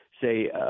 say